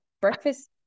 breakfast